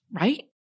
right